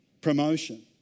promotion